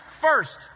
first